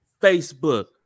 Facebook